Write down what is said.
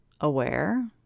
aware